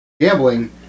gambling